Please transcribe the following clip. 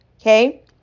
okay